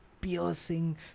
piercing